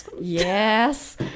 yes